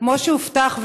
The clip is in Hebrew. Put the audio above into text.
כמו שהובטח,